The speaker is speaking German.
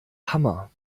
hammer